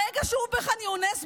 ברגע שהוא בח'אן יונס,